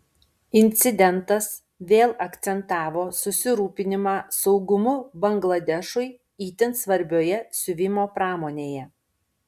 incidentas vėl akcentavo susirūpinimą saugumu bangladešui itin svarbioje siuvimo pramonėje